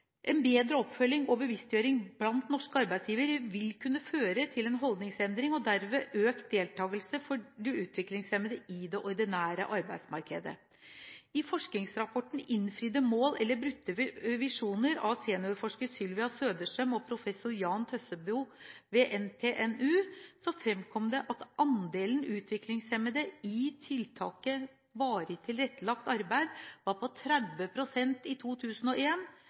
En bedre oppfølging og bevisstgjøring blant norske arbeidsgivere vil kunne føre til en holdningsendring og derved økt deltakelse for de utviklingshemmede i det ordinære arbeidsmarkedet. I forskningsrapporten «Innfridde mål eller brutte visjoner?» av seniorforsker Sylvia Söderström og professor Jan Tøssebro ved NTNU fremkommer det at andelen utviklingshemmede i tiltaket Varig tilrettelagt arbeid var på 30 pst. i